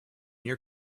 your